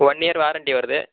one year warranty வருது